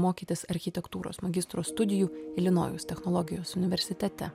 mokytis architektūros magistro studijų ilinojaus technologijos universitete